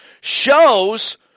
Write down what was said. shows